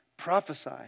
Prophesy